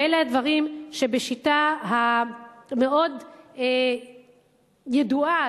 ואלה הדברים שבשיטה המאוד ידועה,